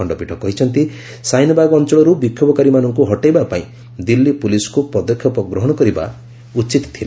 ଖଣ୍ଡପୀଠ କହିଛନ୍ତି ସାହିନବାଗ ଅଞ୍ଚଳରୁ ବିକ୍ଷୋଭକାରୀମାନଙ୍କୁ ହଟାଇବା ପାଇଁ ଦିଲ୍ଲୀ ପୁଲିସକୁ ପଦକ୍ଷେପ ଗ୍ରହଣ କରିବା ଉଚିତ୍ ଥିଲା